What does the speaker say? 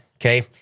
okay